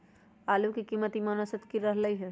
आलू के कीमत ई महिना औसत की रहलई ह?